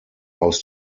aus